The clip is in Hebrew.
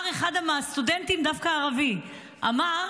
אחד הסטודנטים, דווקא ערבי, אמר: